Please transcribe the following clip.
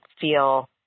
feel